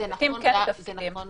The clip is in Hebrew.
זה נכון